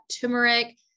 turmeric